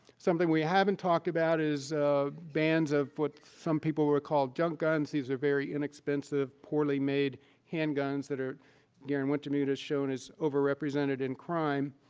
something we haven't talked about is bans of what some people would call junk guns. these are very inexpensive, poorly made handguns that garen wintemute has shown as overrepresented in crime.